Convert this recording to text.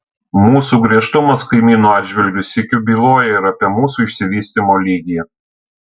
mūsų griežtumas kaimynų atžvilgiu sykiu byloja ir apie mūsų išsivystymo lygį